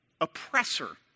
oppressor